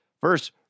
first